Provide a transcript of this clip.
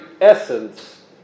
essence